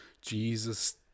Jesus